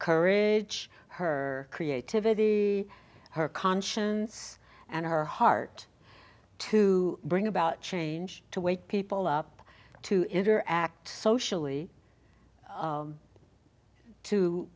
courage her creativity her conscience and her heart to bring about change to wake people up to interact socially